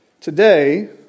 Today